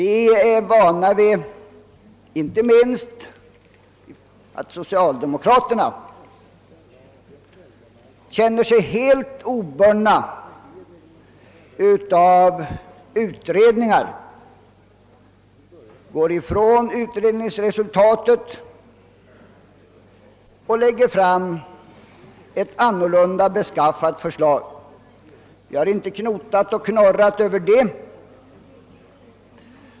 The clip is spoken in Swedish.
Vi är vana vid att inte minst socialdemokraterna känner sig helt obundna av sådana utredningar, går ifrån utredningsresultat och lägger fram helt annorlunda beskaffade förslag. Vi har inte knotat och knorrat över det.